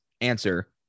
answer